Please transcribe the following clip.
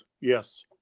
yes